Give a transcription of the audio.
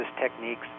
techniques